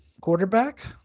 quarterback